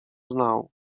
znał